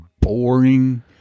boring